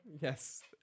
Yes